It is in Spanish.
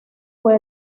fue